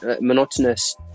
monotonous